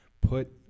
put